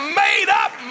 made-up